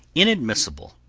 inadmissible,